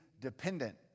dependent